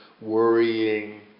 worrying